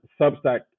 Substack